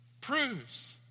proves